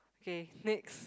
okay next